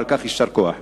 ועל כך יישר כוח.